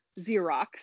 Xerox